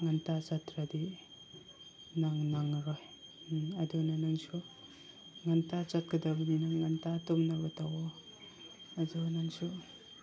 ꯉꯟꯇꯥ ꯆꯠꯇ꯭ꯔꯗꯤ ꯅꯪ ꯅꯪꯉꯔꯣꯏ ꯑꯗꯨꯅ ꯅꯪꯁꯨ ꯉꯟꯇꯥ ꯆꯠꯀꯗꯕꯅꯤꯅ ꯉꯟꯇꯥ ꯇꯨꯝꯅꯕ ꯇꯧꯋꯣ ꯑꯗꯨ ꯅꯪꯁꯨ